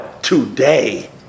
today